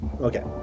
Okay